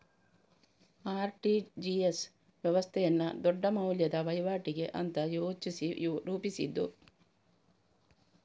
RTGS ವ್ಯವಸ್ಥೆಯನ್ನ ದೊಡ್ಡ ಮೌಲ್ಯದ ವೈವಾಟಿಗೆ ಅಂತ ಯೋಚಿಸಿ ರೂಪಿಸಿದ್ದು